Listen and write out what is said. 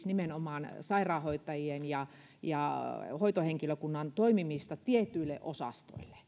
nimenomaan sairaanhoitajien ja ja hoitohenkilökunnan toimimista tietyille osastoille